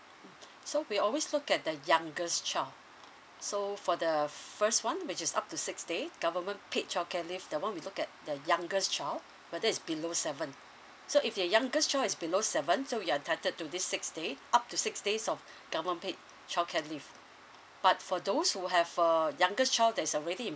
mm so we always look at the youngest child so for the first one which is up to six days government paid childcare leave that one we look at the youngest child whether is below seven so if your youngest child is below seven so you are entitled to these six days up to six days of government paid childcare leave but for those who have a youngest child that's already in